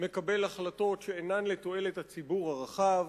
מקבל החלטות שאינן לתועלת הציבור הרחב.